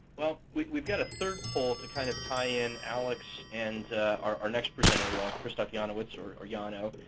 well, we've we've got a third poll to kind of tie-in alex and our next presenter, krzysztof janowicz, or or jano.